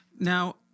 Now